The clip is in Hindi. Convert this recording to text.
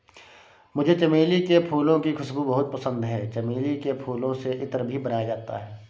मुझे चमेली के फूलों की खुशबू बहुत पसंद है चमेली के फूलों से इत्र भी बनाया जाता है